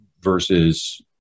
versus